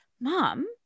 mom